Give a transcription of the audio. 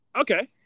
Okay